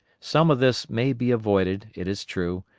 some of this may be avoided, it is true,